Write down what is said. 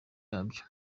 yabyo